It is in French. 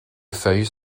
feuilles